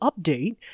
update